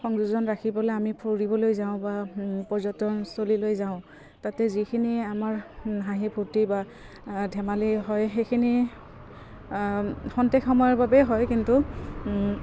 সংযোজন ৰাখিবলে আমি ফুৰিবলৈ যাওঁ বা পৰ্যটনস্থলীলৈ যাওঁ তাতে যিখিনি আমাৰ হাঁহি ফূৰ্তি বা ধেমালি হয় সেইখিনি খন্তেক সময়ৰ বাবে হয় কিন্তু